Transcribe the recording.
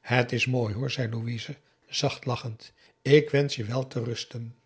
het is mooi hoor zei louise zacht lachend ik wensch je wel te rusten